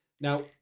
Now